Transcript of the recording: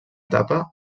etapa